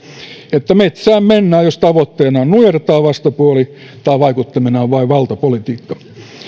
että metsään mennään jos tavoitteena on nujertaa vastapuoli tai vaikuttimena on vain valtapolitiikka